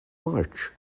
march